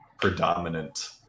predominant